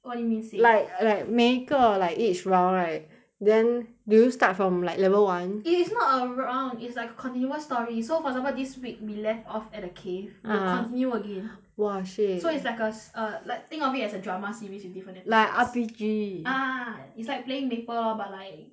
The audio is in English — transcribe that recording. what do you mean save like like 每个 like each round right then do you start from like level one it is not a round it's like continuous story so for example this week we left off at the cave ah we would continue again !wah! seh so it's like a a think of it as a drama series with different episodes like R_P_G ah it's like playing Maple lor but like